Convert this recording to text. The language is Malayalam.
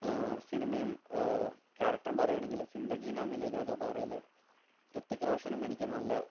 സിനിമയും ക്യാരക്ടറും പറയുകയാണെങ്കില് സിന്ദഗി നാ മിലേഗി ദൊബാറേല് ഹൃതിക് റോഷനും എനിക്ക് നല്ല